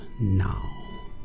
now